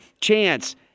chance